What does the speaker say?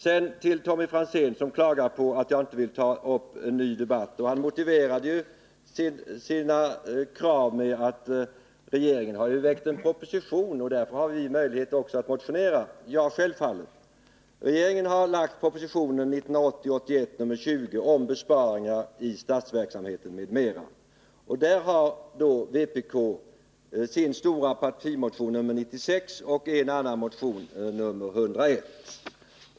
Sedan till Tommy Franzén, som klagar på att jag inte vill ta upp en ny debatt. Han motiverade sina krav med att regeringen ju har lagt fram en proposition och att man därför har möjlighet att motionera. Ja, självfallet. Regeringen har framlagt propositionen 1980/81:20 om besparingar i statsverksamheten m.m. I anslutning till denna proposition har vpk väckt sin stora partimotion nr 96 och en annan motion, nr 101.